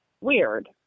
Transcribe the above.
weird